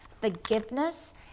Forgiveness